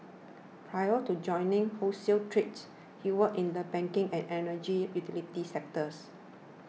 prior to joining wholesale trade he worked in the banking and energy utilities sectors